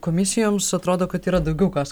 komisijoms atrodo kad yra daugiau ką